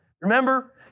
Remember